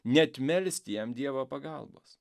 net melsti jam dievo pagalbos